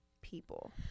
people